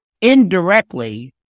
indirectly